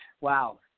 Wow